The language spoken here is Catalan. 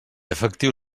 efectiu